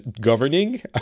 governing